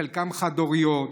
חלקן חד-הוריות.